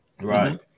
Right